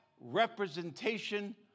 representation